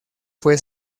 fue